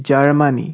Germany